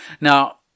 Now